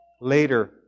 later